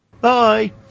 Bye